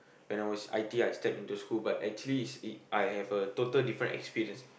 when I was I_T_E I step into school but actually is it I have a total different experience